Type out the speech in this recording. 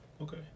Okay